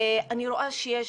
אני רואה שיש,